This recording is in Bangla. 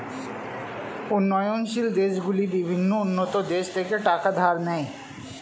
উন্নয়নশীল দেশগুলি বিভিন্ন উন্নত দেশ থেকে টাকা ধার নেয়